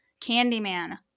Candyman